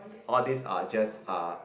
all these are just are